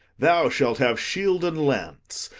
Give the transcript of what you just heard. thou shalt have shield and lance,